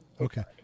Okay